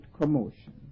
commotion